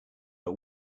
are